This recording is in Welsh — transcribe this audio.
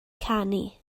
canu